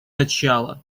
начало